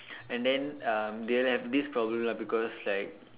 and then um they have this problem lah because like